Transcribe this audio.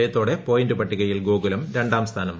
ജയത്തോടെ പോയിന്റ് പട്ടികയിൽ ഗോകുലം രണ്ടാം സ്ഥാനത്തെത്തി